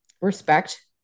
Respect